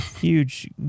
huge